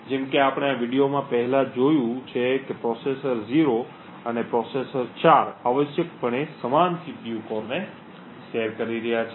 જેમ કે આપણે આ વિડિઓમાં પહેલાં જોયું છે પ્રોસેસર 0 અને પ્રોસેસર 4 આવશ્યકપણે સમાન સીપીયુ કોરને શેર કરી રહ્યાં છે